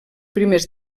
primers